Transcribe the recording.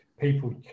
people